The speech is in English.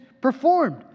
performed